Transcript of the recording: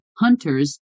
hunters